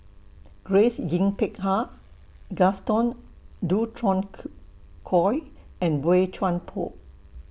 Grace Yin Peck Ha Gaston Dutronquoy and Boey Chuan Poh